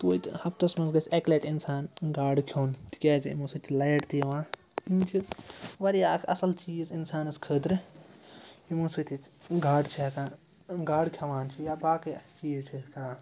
تویتہِ ہَفتَس منٛز گَژھِ اَکہِ لَٹہِ اِنسان گاڈٕ کھیوٚن تِکیٛازِ یِمو سۭتۍ چھِ لایِٹ تہِ یِوان یِم چھِ واریاہ اَکھ اَصٕل چیٖز اِنسانَس خٲطرٕ یِمو سۭتۍ أسۍ گاڈٕ چھِ ہٮ۪کان گاڈٕ کھیوٚان چھِ یا باقٕے چیٖز چھِ أسۍ کَران